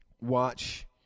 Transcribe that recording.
watch